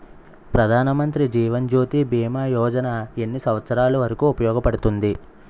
ప్రధాన్ మంత్రి జీవన్ జ్యోతి భీమా యోజన ఎన్ని సంవత్సారాలు వరకు ఉపయోగపడుతుంది?